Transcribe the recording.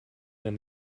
than